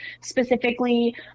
specifically